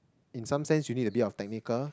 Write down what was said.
in some sense you need a bit of technical